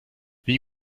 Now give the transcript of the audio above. wie